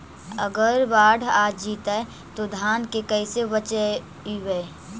अगर बाढ़ आ जितै तो धान के कैसे बचइबै?